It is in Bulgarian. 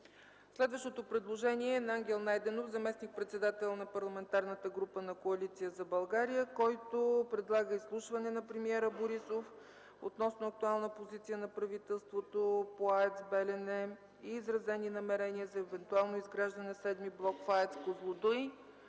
Следващото предложение е от Ангел Найденов – заместник-председател на Парламентарната група на Коалиция за България, който предлага изслушване на премиера Борисов относно актуалната позиция на правителството по АЕЦ „Белене” и изразени намерения за евентуално изграждане на седми блок в АЕЦ „Козлодуй”.